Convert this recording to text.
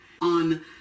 on